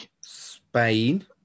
Spain